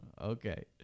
Okay